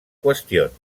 qüestions